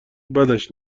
بدش